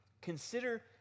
consider